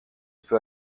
peut